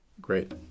great